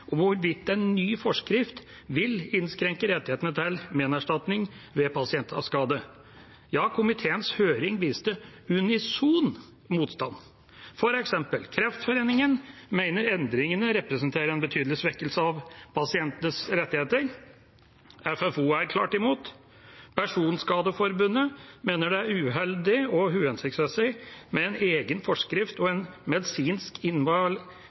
hvorvidt en ny forskrift vil innskrenke rettighetene til menerstatning ved pasientskade. Ja, komiteens høring viste unison motstand. For eksempel mener Kreftforeningen at endringene representerer en betydelig svekkelse av pasientenes rettigheter. Funksjonshemmedes Fellesorganisasjon, FFO, er klart imot. Personskadeforbundet mener det er uheldig og uhensiktsmessig med en egen forskrift og en egen medisinsk